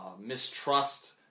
mistrust